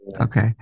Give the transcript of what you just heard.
Okay